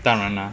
当然啦